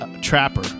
trapper